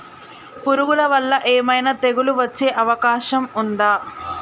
పురుగుల వల్ల ఏమైనా తెగులు వచ్చే అవకాశం ఉందా?